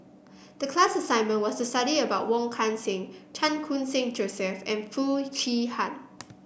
the class assignment was to study about Wong Kan Seng Chan Khun Sing Joseph and Foo Chee Han